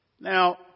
Now